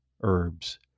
herbs